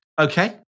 Okay